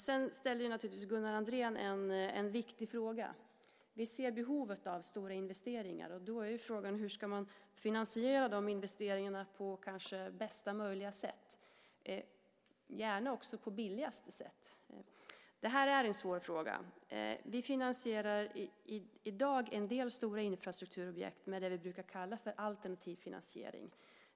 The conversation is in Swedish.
Gunnar Andrén ställde en viktig fråga. Vi ser behovet av stora investeringar. Frågan är hur man ska finansiera de investeringarna på bästa möjliga sätt - gärna också på billigaste sätt. Det är en svår fråga. Vi finansierar i dag en del stora infrastrukturobjekt med det vi brukar kalla alternativ finansiering.